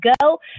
go